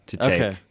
Okay